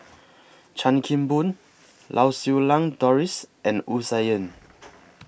Chan Kim Boon Lau Siew Lang Doris and Wu Tsai Yen